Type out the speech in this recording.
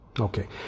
Okay